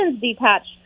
detached